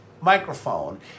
microphone